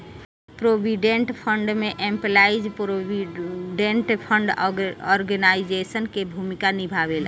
provident fund में employees provident fund organisation के भूमिका निभावेला